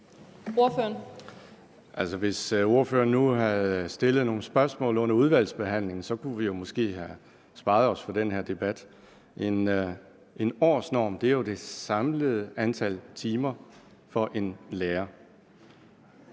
Hvis ordføreren nu havde stillet nogle spørgsmål under udvalgsbehandlingen, kunne vi måske have sparet os for den her debat. En årsnorm er jo det samlede antal timer for en lærer.